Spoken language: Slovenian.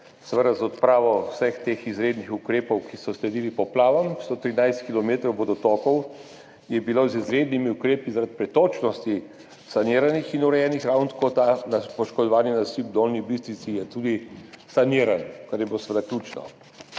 zaradi vseh teh izrednih ukrepov, ki so sledili poplavam. 113 kilometrov vodotokov je bilo z izrednimi ukrepi zaradi pretočnosti saniranih in urejenih, ravno tako je ta poškodovani nasip v Dolnji Bistrici tudi saniran, kar je bilo seveda